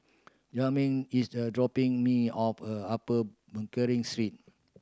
Yasmine is a dropping me off a Upper Pickering Street